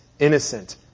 innocent